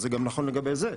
אז זה גם נכון לגבי זה,